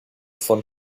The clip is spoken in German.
von